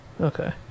Okay